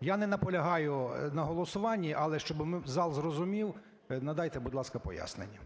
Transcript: Я не наполягаю на голосуванні, але щоб зал зрозумів, надайте, будь ласка, пояснення.